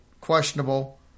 questionable